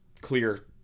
clear